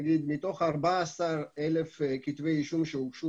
נאמר שמתוך 14,000 כתבי אישום שהוגשו